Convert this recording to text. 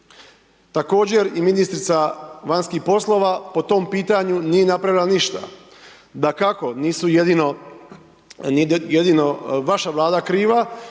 Također i ministrica vanjskih poslova po tom pitanju nije napravila ništa. Dakako, nisu jedino, nije jedino vaša Vlada kriva,